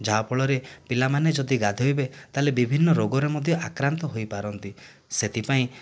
ଯାହାଫଳରେ ପିଲାମାନେ ଯଦି ଗାଧୋଇବେ ତାହେଲେ ବିଭିନ୍ନ ରୋଗରେ ମଧ୍ୟ ଆକ୍ରାନ୍ତ ହୋଇପାରନ୍ତି ସେଥିପାଇଁ